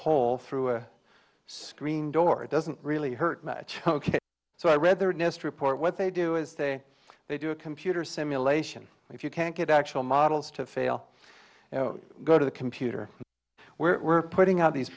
hole through a screen door doesn't really hurt much ok so i read the nist report what they do is they they do a computer simulation if you can't get actual models to fail go to the computer we're putting out these